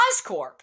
Oscorp